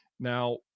Now